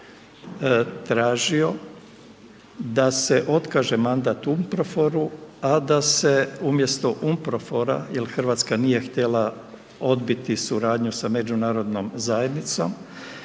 godine tražio da se otkaže mandat UNPROFOR-u, a da se umjesto UNPROFOR-a jer Hrvatska nije htjela odbiti suradnju sa međunarodnom zajednicom,